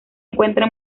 encuentra